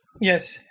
Yes